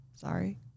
Sorry